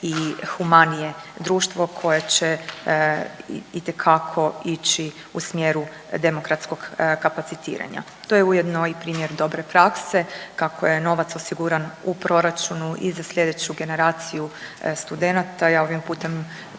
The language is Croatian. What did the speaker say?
i humanije društvo koje će itekako ići u smjeru demokratskog kapacitiranja. To je ujedno i primjer dobre prakse, kako je novac osiguran u proračunu i za slijedeću generaciju studenata,